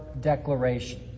Declaration